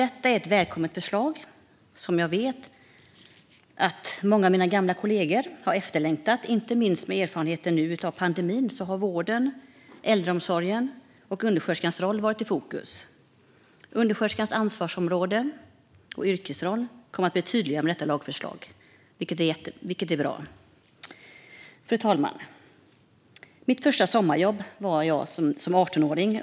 Detta är ett välkommet förslag som jag vet att många av mina gamla kollegor har längtat efter. Inte minst med erfarenhet av pandemin har vården, äldreomsorgen och undersköterskans roll varit i fokus. Undersköterskornas ansvarsområde och yrkesroll kommer att bli tydligare med detta lagförslag, vilket är bra. Fru talman! Mitt första sommarjobb hade jag som 18-åring.